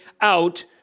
out